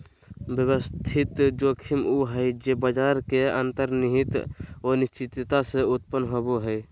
व्यवस्थित जोखिम उ हइ जे बाजार के अंतर्निहित अनिश्चितता से उत्पन्न होवो हइ